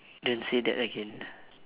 then say that again